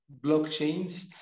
blockchains